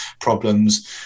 problems